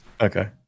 okay